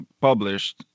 published